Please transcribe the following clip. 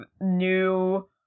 new